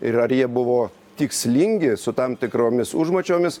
ir ar jie buvo tikslingi su tam tikromis užmačiomis